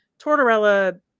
Tortorella